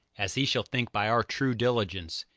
as he shall think by our true diligence,